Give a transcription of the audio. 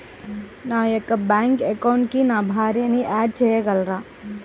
నా యొక్క బ్యాంక్ అకౌంట్కి నా భార్యని యాడ్ చేయగలరా?